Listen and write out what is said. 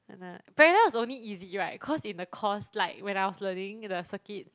[anah] parallel is only easy [right] cause in the course like when I was learning the circuit